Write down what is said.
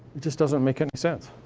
it just doesn't make any sense.